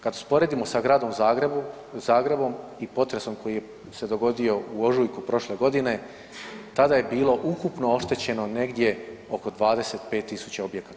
Kad usporedimo sa Gradom Zagrebom i potresom koji se je dogodio u ožujku prošle godine tada je bilo ukupno oštećeno negdje oko 25.000 objekata.